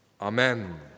Amen